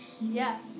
Yes